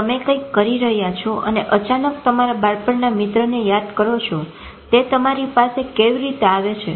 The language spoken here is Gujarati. તમે કંઈક કરી રહ્યા છો અને અચાનક તમારા બાળપણના મિત્ર ની યાદ કરો છો તે તમારી પાસે કેવી રીતે આવે છે